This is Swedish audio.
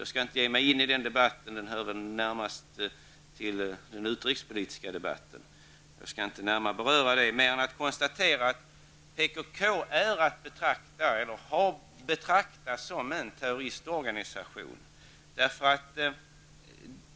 Jag skall inte ge mig in i den frågan, eftersom den närmast hör hemma i den utrikespolitiska debatten. Jag skall inte närmare beröra frågan mer än att konstatera att PKK är att betrakta, eller har betraktats, som en terroristorganisation.